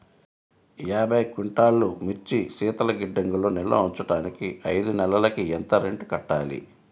యాభై క్వింటాల్లు మిర్చి శీతల గిడ్డంగిలో నిల్వ ఉంచటానికి ఐదు నెలలకి ఎంత రెంట్ కట్టాలి?